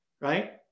right